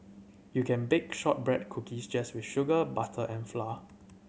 you can bake shortbread cookies just with sugar butter and flour